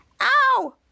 ow